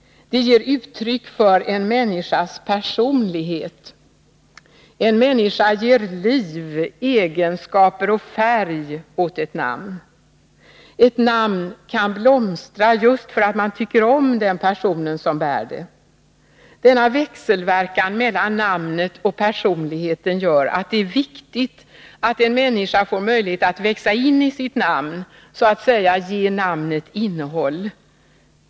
Det ger uttryck för en människas personlighet. En människa ger liv, egenskaper och färg åt ett namn. Ett namn kan blomstra just för att man tycker om den personen som bär det. Denna växelverkan mellan namnet och personligheten gör att det är viktigt att en människa får möjlighet att växa in i sitt namn, så att säga ge namnet innehåll.